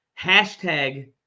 hashtag